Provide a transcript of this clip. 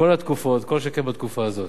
בכל התקופות, לא כל שכן בתקופה הזו.